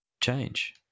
change